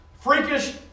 freakish